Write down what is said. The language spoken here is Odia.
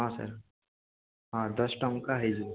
ହଁ ସାର୍ ହଁ ଦଶଟଙ୍କା ହେଇଯିବ